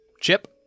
Chip